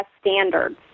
standards